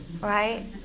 Right